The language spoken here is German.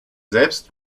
selbst